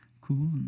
cool